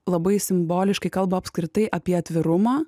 labai simboliškai kalba apskritai apie atvirumą